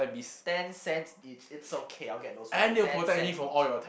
ten cents each it's okay I'll get those for you ten cents each